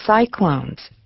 cyclones